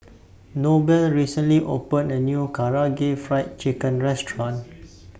Noble recently opened A New Karaage Fried Chicken Restaurant